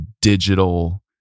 digital